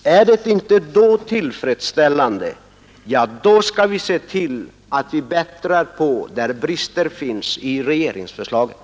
Är det inte då tillfredsställande, ja, då skall vi se till att vi bättrar på där brister finns i regeringsförslaget.